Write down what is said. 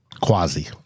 Quasi